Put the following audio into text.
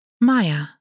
Maya